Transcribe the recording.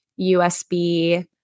USB